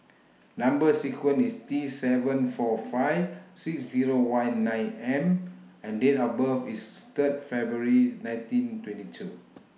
Number sequence IS T seven four five six Zero one nine M and Date of birth IS Third February nineteen twenty two